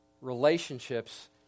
relationships